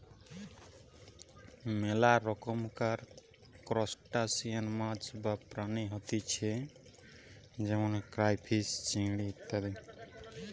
মেলা রকমকার ত্রুসটাসিয়ান মাছ বা প্রাণী হতিছে যেমন ক্রাইফিষ, চিংড়ি ইত্যাদি